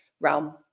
realm